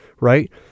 right